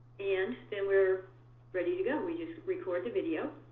and then we're ready to go. we just record the video.